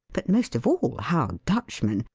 but most of all how dutchmen,